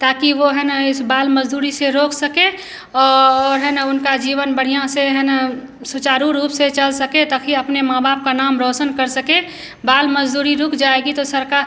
ताकि वो है न इस बाल मज़दूड़ी से रोक सकें और है न उनका जीवन बढ़ियाँ से है न सुचारु रूप से चल सके ताकि अपने माँ बाप का नाम रौसन कर सके बाल मज़दूरी रुक जाएगी तो सरकार